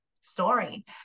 story